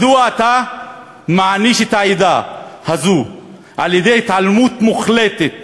מדוע אתה מעניש את העדה הזו על-ידי התעלמות מוחלטת